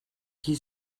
qui